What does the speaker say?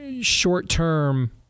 short-term